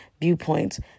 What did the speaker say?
viewpoints